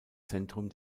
zentrum